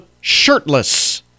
shirtless